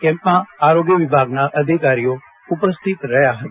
કેમ્પમાં આરોગ્ય વિભાગના અધિકારીઓ ઉપસ્થિત રહ્યા હતા